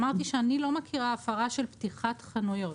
אמרתי שאני לא מכירה הפרה של פתיחת חנויות,